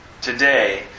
today